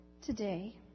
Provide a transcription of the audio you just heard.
today